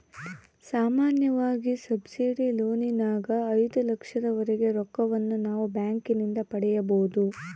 ಸಾಮಾನ್ಯವಾಗಿ ಸಬ್ಸಿಡಿ ಲೋನಿನಗ ಐದು ಲಕ್ಷದವರೆಗೆ ರೊಕ್ಕವನ್ನು ನಾವು ಬ್ಯಾಂಕಿನಿಂದ ಪಡೆಯಬೊದು